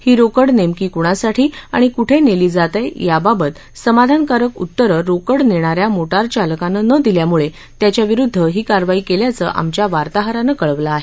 ही रोकड नेमकी कुणासाठी आणि कुठं नेली जातेय याबाबत समाधानरकारक उत्तरं रोकड नेणाऱ्या मोटार चालकानं न दिल्यामुळं त्यांच्याविरुद्ध ही कारवाई केल्याचं आमच्या वार्ताहरानं कळवलं आहे